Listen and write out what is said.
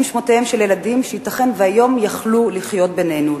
הם שמותיהם של ילדים שייתכן שהיום היו יכולים לחיות בינינו,